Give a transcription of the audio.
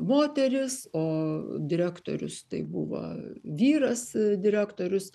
moterys o direktorius tai buvo vyras direktorius